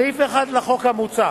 סעיף 1 לחוק המוצע,